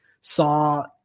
saw